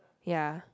ya